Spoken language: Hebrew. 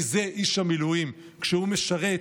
כי זה איש המילואים: כשהוא משרת,